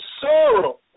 sorrow